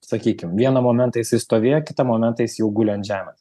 sakykim vieną momentą jisai stovėjo kitą momentą jis jau guli ant žemės